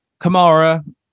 Kamara